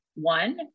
one